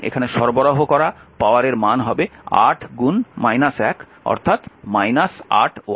সুতরাংএখানে সরবরাহ করা পাওয়ারের মান হবে 8 8 ওয়াট